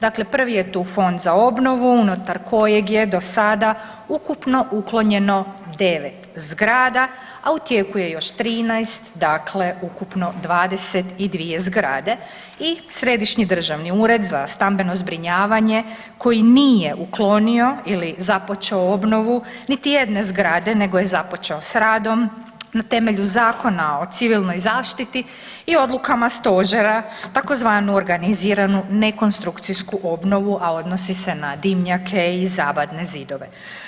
Dakle, prvi je tu Fond za obnovu unutar kojeg je do sada ukupno uklonjeno 9 zgrada, a u tijeku je još 13 dakle ukupno 22 zgrade i Središnji državni ured za stambeno zbrinjavanje koji nije uklonio ili započeo obnovu niti jedne zgrade nego je započeo s radom na temelju Zakona o civilnoj zaštiti i odlukama stožera tzv. organiziranu ne konstrukciju obnovu a odnosi se na dimnjake i zabatne zidove.